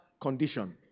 condition